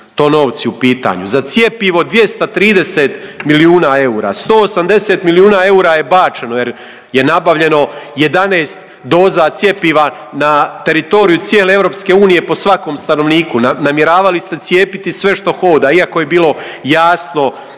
su to novci u pitanju? Za cjepivo 230 milijuna eura, 180 milijuna eura je bačeno jer je nabavljeno 11 doza cjepiva na teritoriju cijele EU po svakom stanovniku, namjeravali ste cijepiti sve što hoda iako je bilo jasno